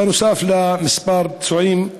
נוסף על כמה פצועים.